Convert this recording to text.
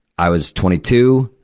i was twenty two.